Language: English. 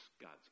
God's